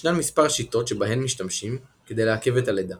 ישנן מספר שיטות שבהן משתמשים כדי לעכב את הלידה